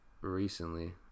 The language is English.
recently